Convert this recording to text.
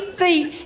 feet